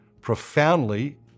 profoundly